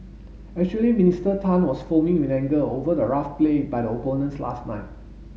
actually Minister Tan was foaming with anger over the rough play by the opponents last night